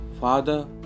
Father